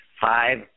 five